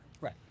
Right